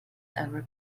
ever